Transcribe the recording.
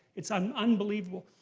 it's um unbelievable.